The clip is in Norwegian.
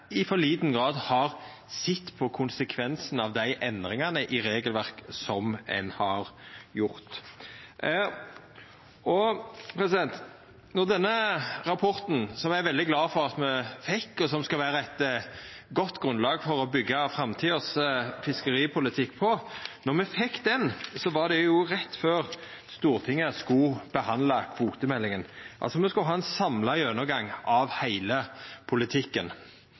i for liten grad har sett på konsekvensane av dei endringane i regelverket som ein har gjort. Då me fekk denne rapporten, som eg er veldig glad for at me fekk, og som skal vera eit godt grunnlag for å byggja framtidas fiskeripolitikk, var det rett før Stortinget skulle behandla kvotemeldinga, altså me skulle ha ein samla gjennomgang av heile politikken.